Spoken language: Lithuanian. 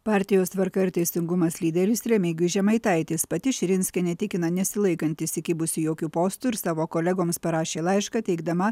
partijos tvarka ir teisingumas lyderis remigijus žemaitaitis pati širinskienė tikina nesilaikanti įsikibusi jokių postų ir savo kolegoms parašė laišką teigdama